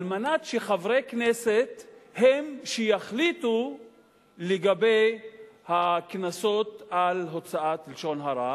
על מנת שחברי הכנסת הם שיחליטו לגבי הקנסות על הוצאת לשון הרע,